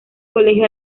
colegio